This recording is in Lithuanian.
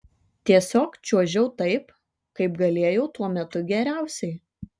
tiesiog čiuožiau taip kaip galėjau tuo metu geriausiai